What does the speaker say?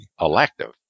elective